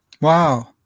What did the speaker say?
Wow